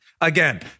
Again